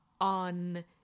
on